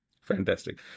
Fantastic